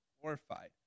glorified